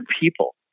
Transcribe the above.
people